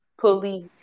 police